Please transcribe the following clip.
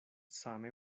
same